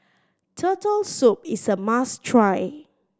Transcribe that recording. Turtle Soup is a must try